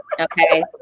okay